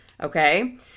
Okay